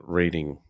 reading-